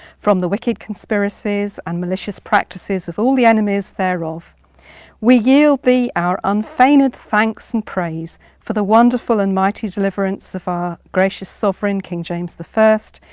from the wicked conspiracies and malicious practices of all the enemies thereof we yield thee our unfeigned thanks and praise for the wonderful and mighty deliverance of our gracious sovereign, king james the first,